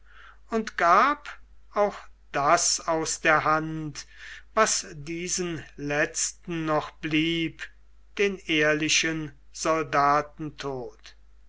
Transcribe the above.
und gab auch das aus der hand was diesen letzten noch blieb den ehrlichen